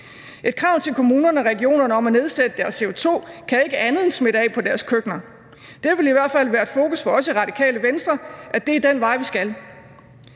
Et krav til kommunerne og regionerne om at nedsætte deres udledning af CO2 kan ikke andet end smitte af på deres køkkener. Det ville i hvert fald være et fokus for os i Radikale Venstre, at det er den vej, vi skal.